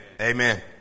Amen